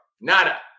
Nada